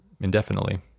indefinitely